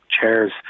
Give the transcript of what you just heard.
chairs